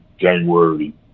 January